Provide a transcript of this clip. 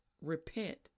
repent